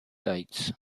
dates